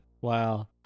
wow